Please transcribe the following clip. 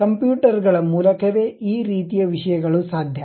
computer ಗಳ ಮೂಲಕವೇ ಈ ರೀತಿಯ ವಿಷಯಗಳು ಸಾಧ್ಯ